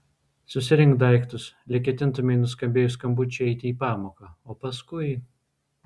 susirink daiktus lyg ketintumei nuskambėjus skambučiui eiti į pamoką o paskui